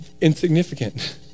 insignificant